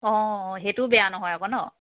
অঁ সেইটোও বেয়া নহয় আকৌ নহ্